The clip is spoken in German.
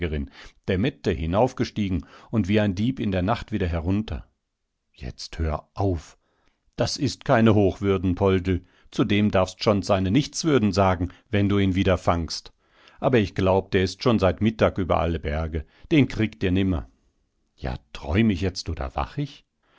der mette hinaufgestiegen und wie ein dieb in der nacht wieder herunter jetzt hör auf das ist keine hochwürden poldl zu dem darfst schon seine nichtswürden sagen wenn du ihn wieder fangst aber ich glaub der ist schon seit mittag über alle berge den kriegt ihr nimmer ja träum ich jetzt oder wach ich